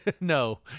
No